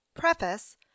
Preface